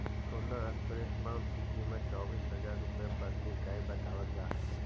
solar spray pump की कीमत चौबीस हज़ार रुपए प्रति इकाई बतावल जा हई